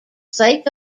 sake